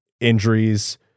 injuries